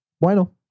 Bueno